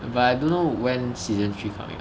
but I don't know when season three coming